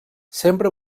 sempre